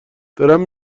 دارم